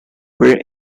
were